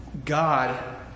God